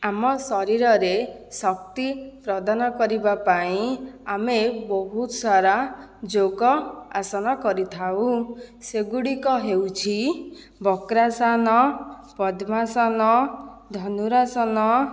ଆମ ଶରୀରରେ ଶକ୍ତି ପ୍ରଦାନ କରିବା ପାଇଁ ଆମେ ବହୁତ ସାରା ଯୋଗ ଆସନ କରିଥାଉ ସେଗୁଡ଼ିକ ହେଉଛି ବକ୍ରାସନ ପଦ୍ମାସନ ଧନୁରାସନ